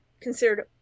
considered